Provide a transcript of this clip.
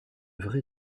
vrai